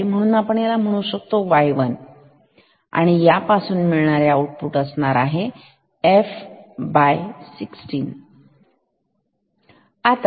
तर तुम्ही याला म्हणू शकता y1 यापासून मिळणारे आऊटपुट त्याची फ्रिक्वेन्सी असेल f16